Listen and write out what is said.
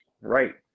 Right